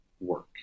work